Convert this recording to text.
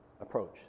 approach